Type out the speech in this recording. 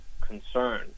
concern